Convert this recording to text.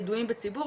ידועים בציבור,